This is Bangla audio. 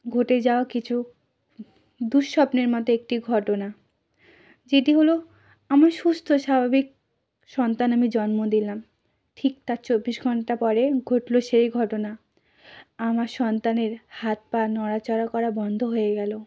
ঘটে যাওয়া কিছু দুঃস্বপ্নের মতো একটি ঘটনা যেটি হলো আমি সুস্থ স্বাভাবিক সন্তান আমি জন্ম দিলাম ঠিক তার চব্বিশ ঘণ্টা পরে ঘটল সেই ঘটনা আমার সন্তানের হাত পা নড়াচড়া করা বন্ধ হয়ে গেলো